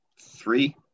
Three